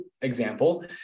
example